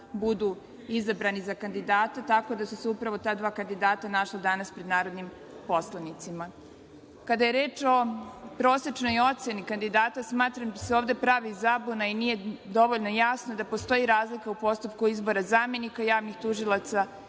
budu izabrani za kandidate, tako da su se upravo ta dva kandidata našla danas pred narodnim poslanicima. Kada je reč o prosečnoj oceni kandidata smatram da se ovde pravi zabuna i nije dovoljno jasno da postoji razlika u postupku izbora zamenika javnih tužilaca